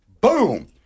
boom